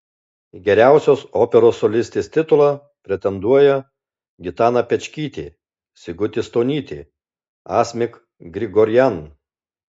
į geriausios operos solistės titulą pretenduoja gitana pečkytė sigutė stonytė asmik grigorian